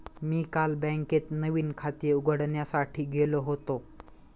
मी काल बँकेत नवीन खाते उघडण्यासाठी गेलो होतो